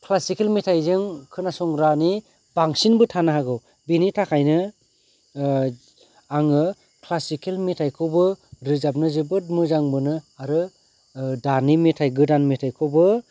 classical मेथाइजों खोनासंग्रानि बांसिनबो थानो हागौ बिनि थाखायनो आङो क्लासिकेल मेथाइखौबो रोजाबनो जोबोद मोजां मोनो आरो दानि मेथाइ गोदान मेथाइखौबो